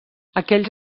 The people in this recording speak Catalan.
aquells